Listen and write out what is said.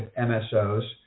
MSOs